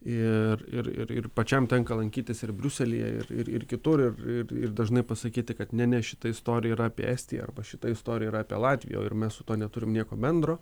ir ir ir pačiam tenka lankytis ir briuselyje ir ir kitur ir ir dažnai pasakyti kad ne ne šita istorija yra apie estiją arba šita istorija yra apie latviją ir mes su tuo neturim nieko bendro